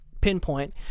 pinpoint